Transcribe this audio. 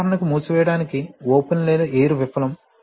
ఉదాహరణకు మూసివేయడానికి ఓపెన్ లేదా ఎయిర్ విఫలం